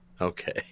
Okay